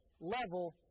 level